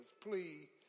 plea